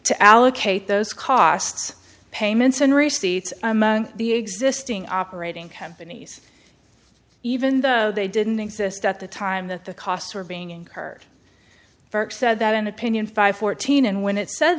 to allocate those costs payments and receipts among the existing operating companies even though they didn't exist at the time that the costs were being incurred burke said that an opinion five fourteen and when it said